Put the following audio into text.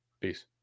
Peace